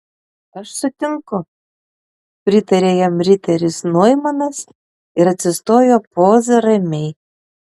aš sutinku pritarė jam riteris noimanas ir atsistojo poza ramiai